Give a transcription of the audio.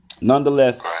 Nonetheless